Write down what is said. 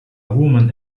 woman